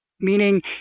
Meaning